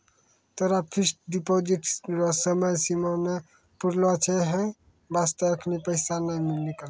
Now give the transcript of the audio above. तोहरो fixed deposit रो समय सीमा नै पुरलो छौं है बास्ते एखनी पैसा नै निकलतौं